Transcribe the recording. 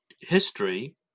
history